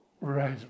Right